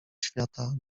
świata